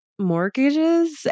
mortgages